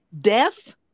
Death